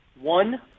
One